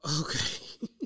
okay